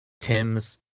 Tim's